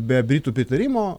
be britų pritarimo